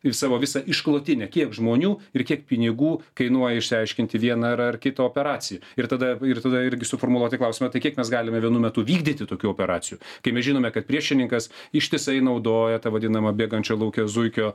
ir savo visą išklotinę kiek žmonių ir kiek pinigų kainuoja išsiaiškinti vieną ar ar kitą operaciją ir tada ir tada irgi suformuluoti klausimą tai kiek mes galime vienu metu vykdyti tokių operacijų kai mes žinome kad priešininkas ištisai naudoja tą vadinamą bėgančią lauke zuikio